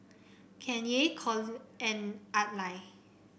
Kanye Cole and Adlai